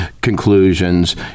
Conclusions